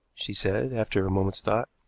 she said, after a moment's thought.